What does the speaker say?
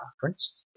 conference